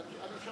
מה זה יעזור?